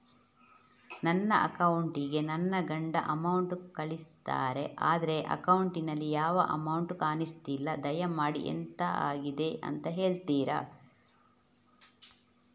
ನನ್ನ ಅಕೌಂಟ್ ಗೆ ನನ್ನ ಗಂಡ ಅಮೌಂಟ್ ಕಳ್ಸಿದ್ದಾರೆ ಆದ್ರೆ ಅಕೌಂಟ್ ನಲ್ಲಿ ಯಾವ ಅಮೌಂಟ್ ಕಾಣಿಸ್ತಿಲ್ಲ ದಯಮಾಡಿ ಎಂತಾಗಿದೆ ಅಂತ ಹೇಳ್ತೀರಾ?